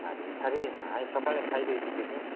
କାରି ଫାରି ନାଇଁ ସକାଳେ ଖାଇଦେଇଛି ଟିଫିନ୍